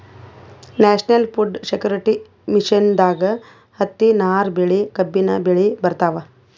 national food security ಮಿಷನ್ದಾಗ್ ಹತ್ತಿ, ನಾರ್ ಬೆಳಿ, ಕಬ್ಬಿನ್ ಬೆಳಿ ಬರ್ತವ್